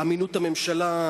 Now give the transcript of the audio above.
אמינות הממשלה,